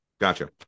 Gotcha